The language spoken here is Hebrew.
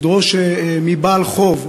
ידרוש מבעל חוב,